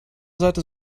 seite